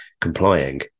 complying